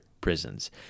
prisons